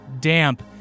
damp